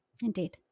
Indeed